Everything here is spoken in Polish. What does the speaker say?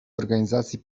organizacji